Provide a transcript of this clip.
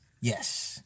Yes